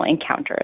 encounters